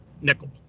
nickel